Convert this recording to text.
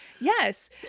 yes